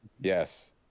Yes